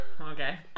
Okay